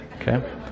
okay